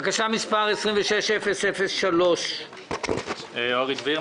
בקשה מס' 26-003. עמוד 103. אני אורי דביר,